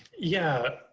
yeah,